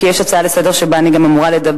כי יש הצעה לסדר-היום שבה גם אני אמורה לדבר.